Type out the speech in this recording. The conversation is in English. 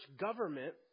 government